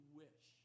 wish